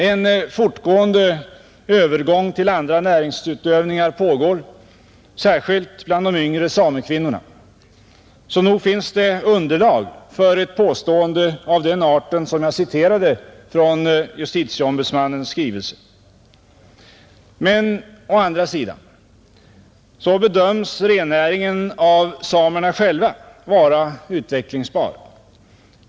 En fortgående övergång till andra näringsutövningar pågår, särskilt bland de yngre samekvinnorna, så nog finns det underlag för ett påstående av den art som jag citerat från justitieombudmannens skrivelse. Men å andra sidan bedöms rennäringen av samerna själva vara utvecklingsbar.